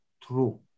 true